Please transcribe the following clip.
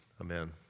Amen